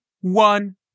one